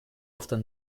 often